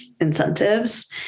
incentives